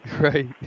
right